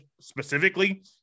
Specifically